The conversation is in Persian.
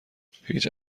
هیچ